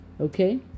Okay